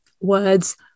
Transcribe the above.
Words